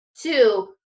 two